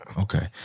Okay